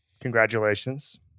Congratulations